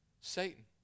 Satan